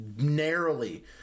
narrowly